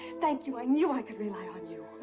thank you! i knew i could rely on you!